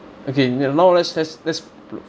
okay n~ now let's let's let's